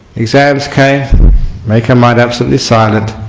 exams came make her mind absolutely silent,